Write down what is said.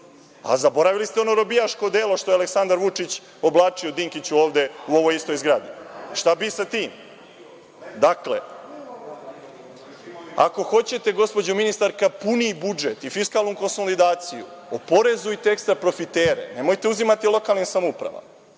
Zaboravili ste ono robijaško odelo što je Aleksandar Vučić oblačio Dinkiću ovde u istoj zgradi. Šta bi sa tim? Dakle, ako hoćete, gospođo ministarka puni budžet i fiskalnu konsolidaciju, oporezujte ekstra-profitere, nemojte uzimati lokalnim samoupravama,